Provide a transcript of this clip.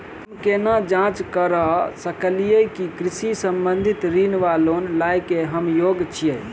हम केना जाँच करऽ सकलिये की कृषि संबंधी ऋण वा लोन लय केँ हम योग्य छीयै?